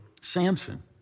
Samson